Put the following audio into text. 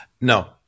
No